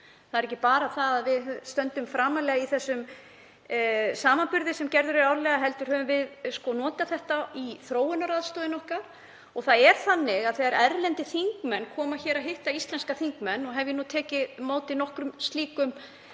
Það er ekki bara að við stöndum framarlega í þeim samanburði sem gerður er árlega heldur höfum við notað þetta í þróunaraðstoð okkar. Þegar erlendir þingmenn koma hingað að hitta íslenska þingmenn, og hef ég tekið á móti nokkrum slíkum